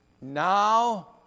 Now